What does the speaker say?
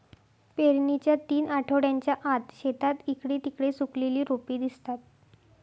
पेरणीच्या तीन आठवड्यांच्या आत, शेतात इकडे तिकडे सुकलेली रोपे दिसतात